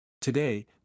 Today